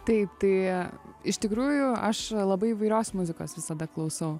taip tai iš tikrųjų aš labai įvairios muzikos visada klausau